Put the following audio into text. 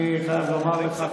אני חייב לומר לך,